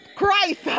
Christ